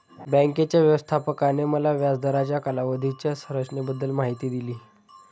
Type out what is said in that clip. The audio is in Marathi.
बँकेच्या व्यवस्थापकाने मला व्याज दराच्या कालावधीच्या संरचनेबद्दल माहिती दिली